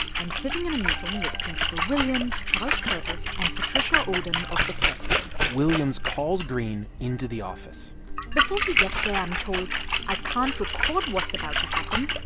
i'm sitting in a meeting with principal williams, charles curtis and patricia odom of the care team williams calls greene into the office before he gets there, i'm told i can't record what's about to happen,